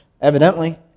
evidently